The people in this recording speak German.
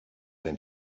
dein